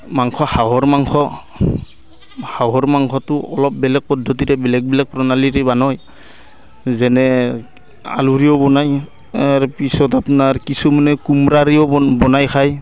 মাংস হাঁহৰ মাংস হাঁহৰ মাংসটো অলপ বেলেগ পদ্ধতিৰে বেলেগ বেলেগ প্ৰণালীৰে বনাই যেনে আলুৰেও বনায় তাৰপিছত আপোনাৰ কিছুমানে কোমোৰাৰেও ব বনাই খায়